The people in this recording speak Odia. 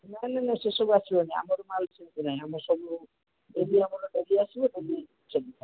ନା ନା ନାଇଁ ସେ ସବୁ ଆସିବନି ଆମର ମାଲ୍ ସେମିତି ନାହିଁ ଆମର ସବୁ ଡେଲି ଆମର ଡେଲି ଆସିବ ଡେଲି ସେମିତି ଆମର